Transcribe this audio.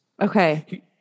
Okay